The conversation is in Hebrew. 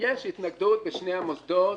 ויש התנגדות בשני המוסדות.